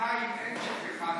לפוליטיקאים אין שכחה.